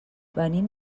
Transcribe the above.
venim